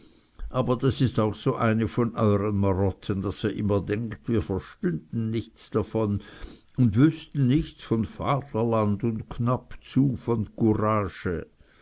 aber das is auch so eine von euren marotten daß ihr immer denkt wir verstünden nichts davon und wüßten nichts von vaterland und knappzu von courage